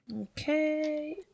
Okay